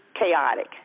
chaotic